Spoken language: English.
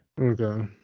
Okay